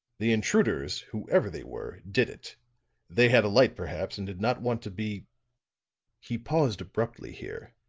the intruders, whoever they were, did it they had a light, perhaps, and did not want to be he paused abruptly here,